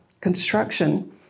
construction